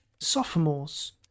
Sophomores